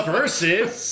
Versus